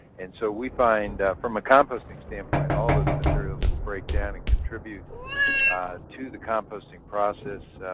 and so we find, from a composting standpoint, all those materials will break down and contribute to the composting process.